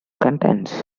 contents